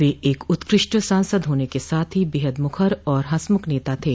वे एक उत्कृष्ट सांसद होने के साथ ही बेहद मुखर और हसमुख नेता थे